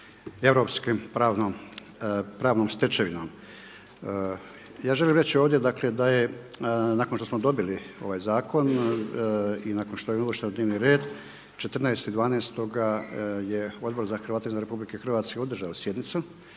europskom pravnom stečevinom. Ja želim reći ovdje dakle da je nakon što smo dobili ovaj zakon i nakon što je on uvršten u dnevni red 14.12. je Odbor za Hrvate izvan RH održao sjednicu